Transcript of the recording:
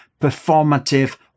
performative